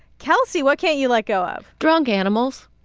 kelsey, what can't you let go of? drunk animals